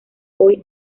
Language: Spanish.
hoy